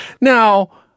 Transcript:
Now